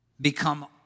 become